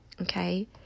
Okay